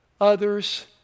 others